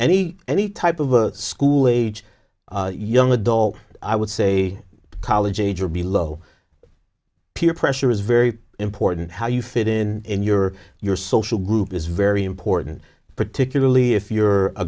any any type of a school age young adult i would say college age or below peer pressure is very important how you fit in your your social group is very important particularly if you're a